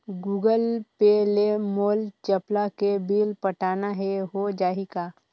Google Pay ले मोल चपला के बिल पटाना हे, हो जाही का?